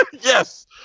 Yes